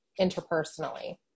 interpersonally